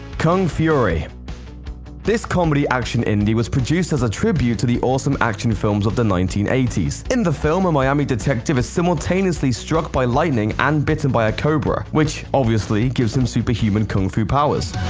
kung fury this comedy-action indie was produced as a tribute to the awesome action films of the nineteen eighty s. in the film, a miami detective is simultaneously struck by lightning and bitten by a cobra which, obviously, gives him superhuman kung fu powers.